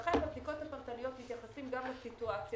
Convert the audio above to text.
לכן בבדיקות הפרטניות מתייחסים גם לסיטואציה